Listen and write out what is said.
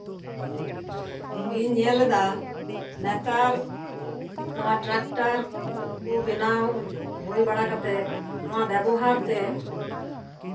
ᱤᱧ ᱧᱮᱞᱮᱫᱟ ᱱᱮᱛᱟᱨ ᱱᱚᱯᱣᱟ ᱴᱨᱟᱠᱴᱚᱨ ᱱᱚᱣᱟ ᱦᱩᱭ ᱵᱟᱲᱟ ᱠᱟᱛᱮᱜ ᱱᱚᱣᱟ ᱵᱮᱵᱚᱦᱟᱨ ᱠᱟᱛᱮᱜ